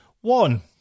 one